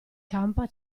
campa